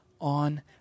on